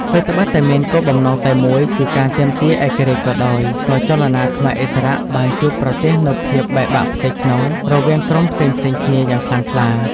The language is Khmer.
ថ្វីដ្បិតតែមានគោលបំណងតែមួយគឺការទាមទារឯករាជ្យក៏ដោយ ក៏ចលនាខ្មែរឥស្សរៈបានជួបប្រទះនូវភាពបែកបាក់ផ្ទៃក្នុងរវាងក្រុមផ្សេងៗគ្នាយ៉ាងខ្លាំងក្លា។